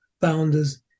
founders